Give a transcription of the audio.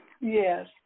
Yes